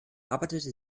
arbeitete